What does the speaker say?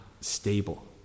stable